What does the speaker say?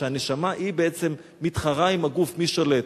שהנשמה בעצם מתחרה עם הגוף מי שולט.